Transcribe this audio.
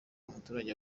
umuturage